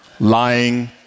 Lying